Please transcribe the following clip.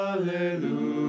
Hallelujah